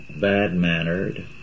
bad-mannered